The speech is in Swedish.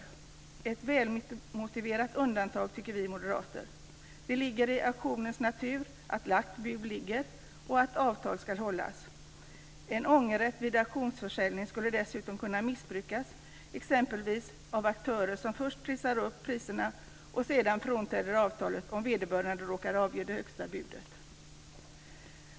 Det är ett välmotiverat undantag, tycker vi moderater. Det ligger i auktionens natur att lagt bud ligger och att avtal ska hållas. En ångerrätt vid auktionsförsäljning skulle dessutom kunna missbrukas, exempelvis av aktörer som först trissar upp priserna och sedan frånträder avtalet om vederbörande råkar avge det högsta budet.